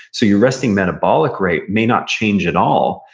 so your resting metabolic rate may not change at all,